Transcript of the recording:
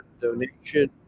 donation